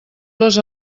les